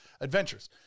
adventures